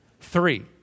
Three